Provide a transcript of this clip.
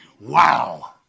Wow